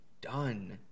done